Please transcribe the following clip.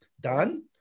done